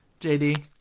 JD